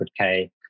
100K